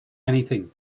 anything